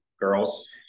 girls